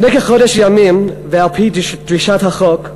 לפני כחודש ימים ויתרתי, על-פי דרישת החוק,